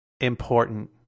important